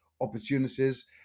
opportunities